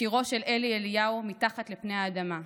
שירו של אלי אליהו "מתחת לפני האדמה":